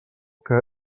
que